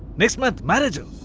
next month marriage. um